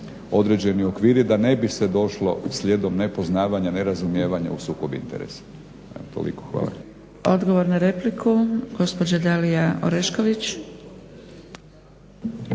određeni okviri da ne bi se došlo slijedom nepoznavanja, nerazumijevanja u sukob interesa. Evo toliko, hvala.